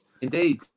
Indeed